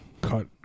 cut